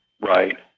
right